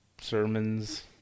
sermons